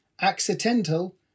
accidental